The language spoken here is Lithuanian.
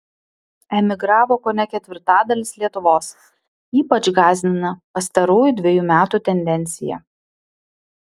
emigravo kone ketvirtadalis lietuvos ypač gąsdina pastarųjų dvejų metų tendencija